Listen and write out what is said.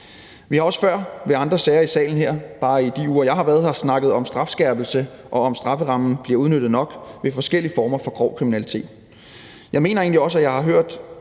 i forbindelse med andre sager i salen her – bare i de uger, jeg har været her – snakket om strafskærpelse og om, hvorvidt strafferammen bliver udnyttet nok ved forskellige former for grov kriminalitet. Jeg mener egentlig også, at jeg har hørt